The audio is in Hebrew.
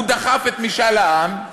הוא דחף את משאל העם,